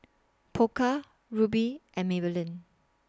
Pokka Rubi and Maybelline